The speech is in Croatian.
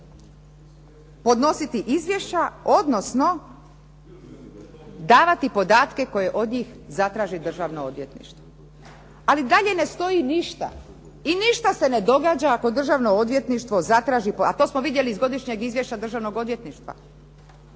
podnositi izvješća odnosno davati podatke koje od njih zatraži državno odvjetništvo. Ali dalje ne stoji ništa i ništa se ne događa ako državno odvjetništvo zatraži a to smo vidjeli iz Godišnjeg izvješća Državnog odvjetništva